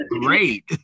great